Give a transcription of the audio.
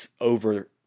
over